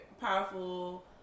powerful